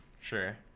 Sure